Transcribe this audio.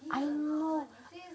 I know